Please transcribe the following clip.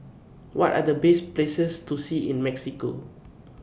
What Are The Best Places to See in Mexico